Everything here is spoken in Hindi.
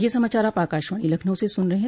ब्रे क यह समाचार आप आकाशवाणी लखनऊ से सुन रहे हैं